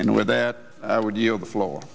and with that would you before